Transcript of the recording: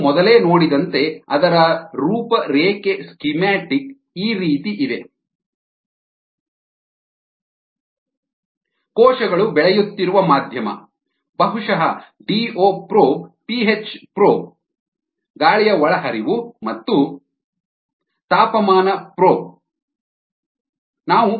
ನಾವು ಮೊದಲೇ ನೋಡಿದಂತೆ ಅದರ ರೂಪರೇಖೆ ಸ್ಕಿಮ್ಯಾಟಿಕ್ ಈ ರೀತಿ ಇದೆ ಕೋಶಗಳು ಬೆಳೆಯುತ್ತಿರುವ ಮಾಧ್ಯಮ ಬಹುಶಃ ಡಿಒ ಪ್ರೋಬ್ ಪಿಹೆಚ್ ಪ್ರೋಬ್ ಗಾಳಿಯ ಒಳಹರಿವು ಮತ್ತು ತಾಪಮಾನ ಪ್ರೋಬ್